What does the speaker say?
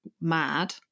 mad